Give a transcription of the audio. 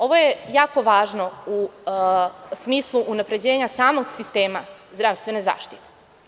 Ovo je jako važno u smislu unapređenja samog sistema zdravstvene zaštite.